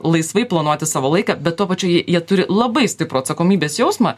laisvai planuoti savo laiką bet tuo pačiu jie turi labai stiprų atsakomybės jausmą